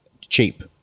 cheap